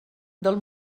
del